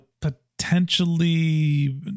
potentially